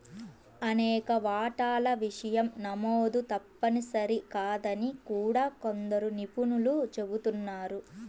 అనేక వాటాల విషయం నమోదు తప్పనిసరి కాదని కూడా కొందరు నిపుణులు చెబుతున్నారు